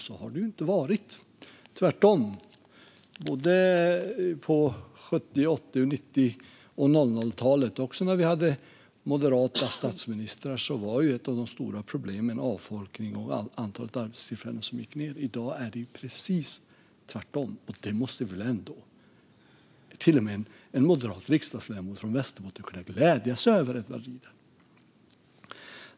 Så har det inte varit - tvärtom. På 70-, 80-, 90 och 00-talen, också när vi hade moderata statsministrar, var ju det stora problemet avfolkningen och det minskade antalet arbetstillfällen. I dag är det precis tvärtom, och det måste väl till och med en moderat riksdagsledamot från Västerbotten kunna glädjas över, Edward Riedl.